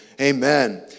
Amen